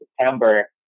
September